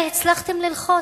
אולי הצלחתם ללחוץ,